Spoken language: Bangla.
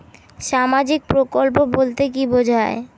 সামাজিক প্রকল্প বলতে কি বোঝায়?